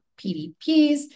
PDPs